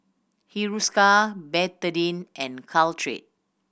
Hiruscar Betadine and Caltrate